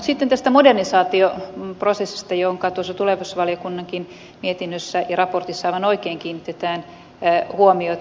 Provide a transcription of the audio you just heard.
sitten tästä modernisaatio prosessista johonka myös tulevaisuusvaliokunnan mietinnössä ja raportissa aivan oikein kiinnitetään huomiota